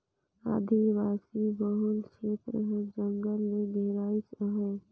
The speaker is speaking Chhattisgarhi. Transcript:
आदिवासी बहुल छेत्र हर जंगल ले घेराइस अहे